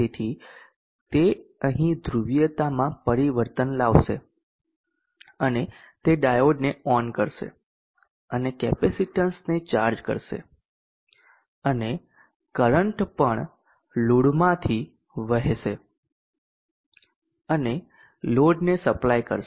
તેથી તે અહીં ધ્રુવીયતામાં પરિવર્તન લાવશે અને તે આ ડાયોડને ઓન કરશે અને કેપેસિટીન્સને ચાર્જ કરશે અને કરંટ પણ લોડમાંથી વહેશે અને લોડને સપ્લાય કરશે